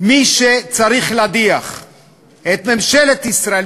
מי שצריך להדיח את ממשלת ישראל,